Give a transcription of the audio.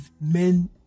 men